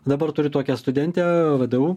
dabar turiu tokią studentę vdu